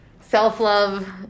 self-love